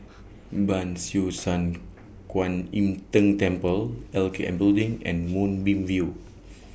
Ban Siew San Kuan Im Tng Temple L K N Building and Moonbeam View